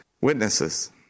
witnesses